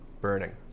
burning